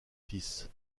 fils